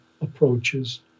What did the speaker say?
approaches